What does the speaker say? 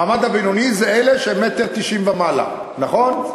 המעמד הבינוני זה אלה שהם 1.90 מטר ומעלה, נכון?